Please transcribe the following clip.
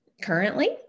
Currently